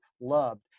loved